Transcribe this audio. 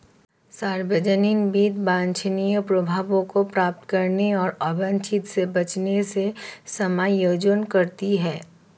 सार्वजनिक वित्त वांछनीय प्रभावों को प्राप्त करने और अवांछित से बचने से समायोजन करती है